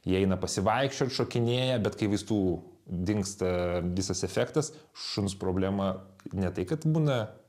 jie eina pasivaikščiot šokinėja bet kai vaistų dingsta visas efektas šuns problema ne tai kad būna